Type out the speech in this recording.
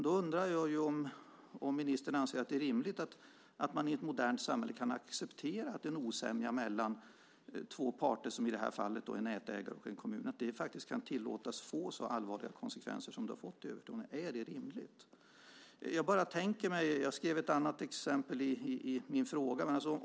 Då undrar jag om ministern anser att man i ett modernt samhälle kan acceptera att en osämja mellan två parter, i det här fallet en nätägare och en kommun, kan tillåtas få så allvarliga konsekvenser som det har fått i Övertorneå. Jag tog upp ett annat exempel i min interpellation.